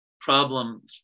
problem